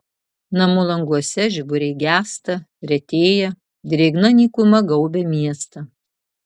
namų languose žiburiai gęsta retėja drėgna nykuma gaubia miestą